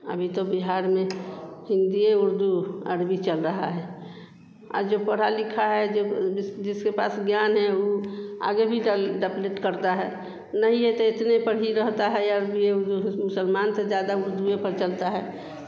अभी तो बिहार में हिन्दी ही उर्दू अरबी चल रही है और जो पढ़े लिखे हैं जो जिस जिसके पास ज्ञान है उ आगे भी करता है नहीं है तो इतने पर ही रहता है अरबी उर्दू मुसलमान से ज़्याज्यादा उर्दू पर चलते हैं